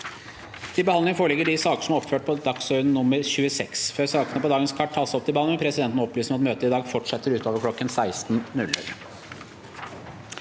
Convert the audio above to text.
Til behandling foreligger de saker som er oppført på dagsorden nr. 26. Før sakene på dagens kart tas opp til behandling, vil presidenten opplyse om at møtet i dag fortsetter utover kl. 16.